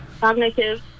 Cognitive